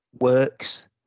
works